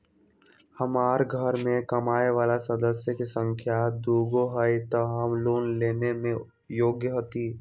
हमार घर मैं कमाए वाला सदस्य की संख्या दुगो हाई त हम लोन लेने में योग्य हती?